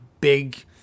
big